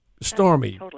Stormy